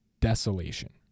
desolation